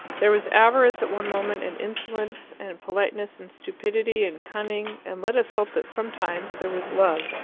there was avarice at one moment, and insolence, and politeness, and stupidity, and cunning and let us hope that sometimes there was love.